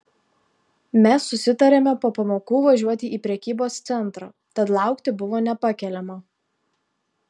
mes susitarėme po pamokų važiuoti į prekybos centrą tad laukti buvo nepakeliama